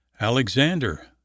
Alexander